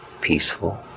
Peaceful